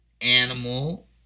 animal